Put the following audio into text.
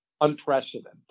unprecedented